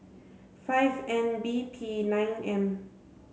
five N B P nine M